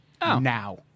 now